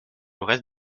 reste